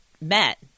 met